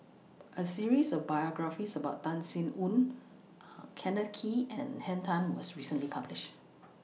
A series of biographies about Tan Sin Aun Kenneth Kee and Henn Tan was recently published